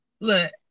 Look